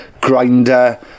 grinder